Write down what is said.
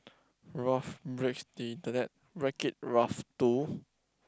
Ralph Breaks the Internet Wreck it Ralph Two